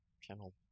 channel